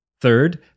Third